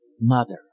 Mother